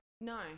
No